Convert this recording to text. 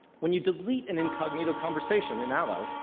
when you delete an incognito conversation in allo,